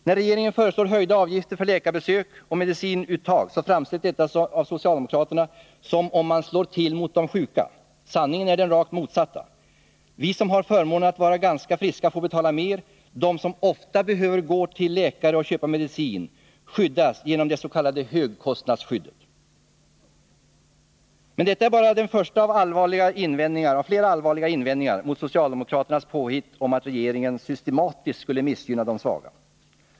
När regeringen föreslår höjda avgifter för läkarbesök och medicinuttag framställs detta av socialdemokraterna som att man slår till mot de sjuka. Sanningen är den rakt motsatta. Vi som har förmånen att vara ganska friska får betala mera. De som ofta behöver gå till läkare och köpa medicin skyddas genom det s.k. högkostnadsskyddet. Men detta är bara den första av flera allvarliga invändningar mot socialdemokraternas påhitt att regeringen systematiskt skulle missgynna de svaga.